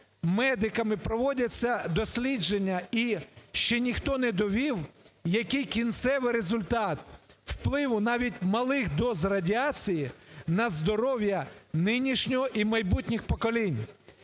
медиками проводяться дослідження, і ще ніхто не довів, який кінцевий результат впливу навіть малих доз радіації на здоров'я нинішнього і майбутніх поколінь.